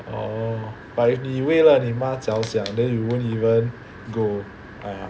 orh but 你为了你妈着想 then you won't even go